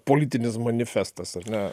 politinis manifestas ar ne